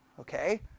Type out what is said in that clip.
okay